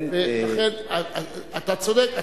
אתה צודק.